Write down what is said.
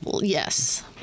Yes